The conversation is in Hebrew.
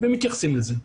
ומתייחסים לזה.